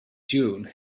dune